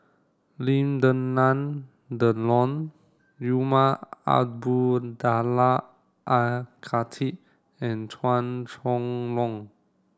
Lim Denan Denon Umar Abdullah Al Khatib and Chua Chong Long